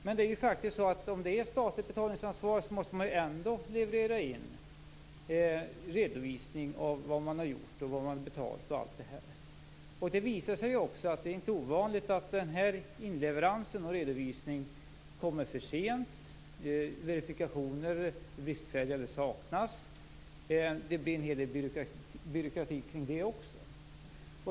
Men om det är statligt betalningsansvar måste man ju ändå leverera in redovisning av vad man har gjort, vad man har betalt osv. Det visar sig ju också att det inte är ovanligt att inleveransen av redovisningen kommer för sent, att verifikationer är bristfälliga eller saknas. Det blir en hel del byråkrati kring det också.